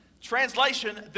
Translation